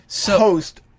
host